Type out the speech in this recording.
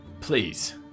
please